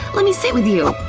let me sit with you!